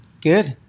Good